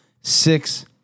six